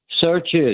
searches